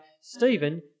Stephen